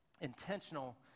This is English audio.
intentional